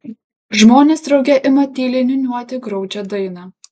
žmonės drauge ima tyliai niūniuoti graudžią dainą